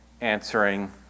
answering